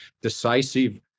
decisive